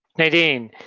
nadine,